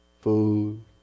food